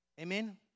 Amen